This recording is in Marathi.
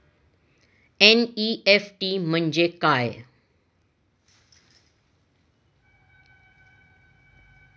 एन.इ.एफ.टी म्हणजे काय?